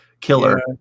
killer